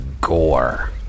gore